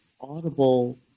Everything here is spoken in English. audible